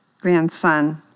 grandson